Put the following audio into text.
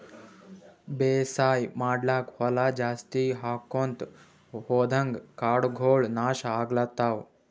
ಬೇಸಾಯ್ ಮಾಡ್ಲಾಕ್ಕ್ ಹೊಲಾ ಜಾಸ್ತಿ ಆಕೊಂತ್ ಹೊದಂಗ್ ಕಾಡಗೋಳ್ ನಾಶ್ ಆಗ್ಲತವ್